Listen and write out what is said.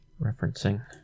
referencing